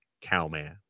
Cowman